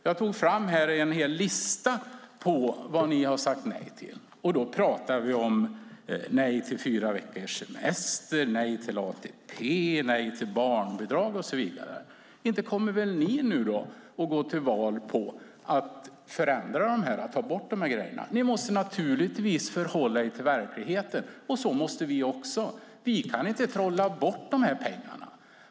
Jag tog fram en hel lista på vad ni har sagt nej till. Vi talar då om nej till fyra veckors semester, nej till ATP, nej till barnbidrag och så vidare. Inte kommer ni väl nu att gå till val på att förändra detta och ta bort dessa saker? Ni måste naturligtvis förhålla er till verkligheten, och det måste vi också. Vi kan inte trolla bort dessa pengar.